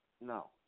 No